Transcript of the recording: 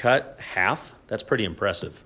cut half that's pretty impressive